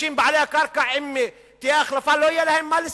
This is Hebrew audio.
אם תהיה החלפה, לאנשים בעלי הקרקע לא יהיה מה לספר